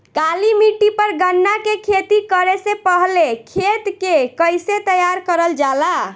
काली मिट्टी पर गन्ना के खेती करे से पहले खेत के कइसे तैयार करल जाला?